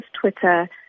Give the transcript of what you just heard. Twitter